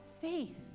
faith